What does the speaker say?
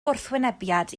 gwrthwynebiad